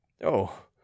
Oh